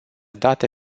date